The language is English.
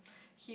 he